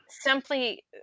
simply